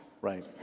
Right